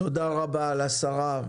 תודה רבה לשרה,